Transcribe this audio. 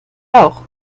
auch